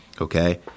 Okay